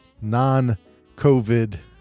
non-COVID